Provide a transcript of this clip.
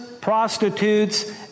prostitutes